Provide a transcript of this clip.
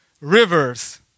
rivers